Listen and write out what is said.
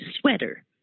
sweater